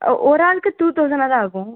ஆ ஒரு ஆளுக்கு டூ தௌசண்ட்ணாது தான் ஆகும்